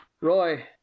Roy